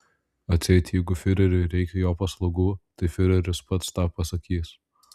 atseit jeigu fiureriui reikia jo paslaugų tai fiureris pats tą pasakys